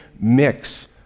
mix